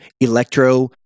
Electro